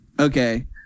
Okay